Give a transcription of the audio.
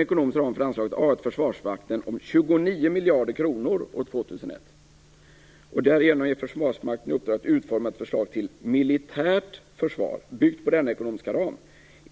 ekonomisk ram för Försvarsmakten om 29 miljarder kronor år 2001. Därigenom skall Försvarsmakten ges i uppdrag att utforma ett försvar till militärt försvar byggt på denna ekonomiska ram.